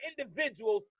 individuals